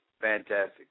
fantastic